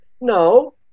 No